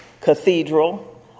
cathedral